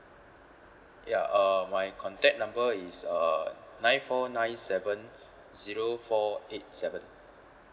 ya uh my contact number is uh nine four nine seven zero four eight seven